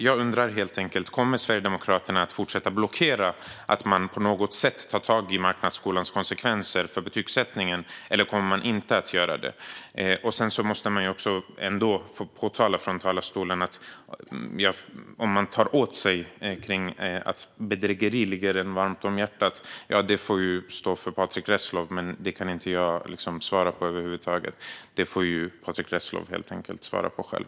Jag undrar helt enkelt: Kommer Sverigedemokraterna att fortsätta att blockera att man på något sätt tar tag i marknadsskolans konsekvenser för betygsättningen, eller kommer man inte att göra det? Sedan måste jag ändå säga att om Patrick Reslow tar åt sig när det gäller formuleringen att bedrägeri ligger honom varmt om hjärtat får det stå för Patrick Reslow. Det kan inte jag svara för över huvud taget. Det får Patrick Reslow helt enkelt svara på själv.